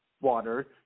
water